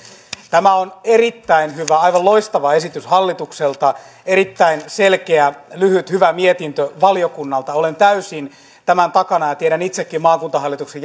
tämä on erittäin hyvä aivan loistava esitys hallitukselta ja erittäin selkeä lyhyt hyvä mietintö valiokunnalta olen täysin tämän takana tiedän itsekin maakuntahallituksen